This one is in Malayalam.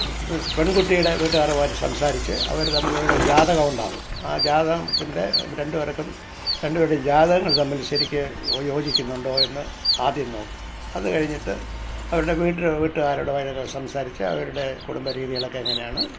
അത് പെൺകുട്ടിയുടെ വീട്ടുകാരുമായിട്ട് സംസാരിച്ച് അവർ തമ്മിലുള്ള ജാതകം ഉണ്ടാവും ആ ജാതകത്തിൻ്റെ രണ്ടു പേർക്കും രണ്ടു പേരുടേയും ജാതകങ്ങൾ തമ്മിൽ ശരിക്ക് യോജിക്കുന്നുണ്ടോ എന്ന് ആദ്യം നോക്കും അതു കഴിഞ്ഞിട്ട് അവരുടെ വീട്ടിൽ വീട്ടുകാരോട് ആയി സംസാരിച്ചു അവരുടെ കുടുംബ രീതികളൊക്കെ എങ്ങനെയാണ്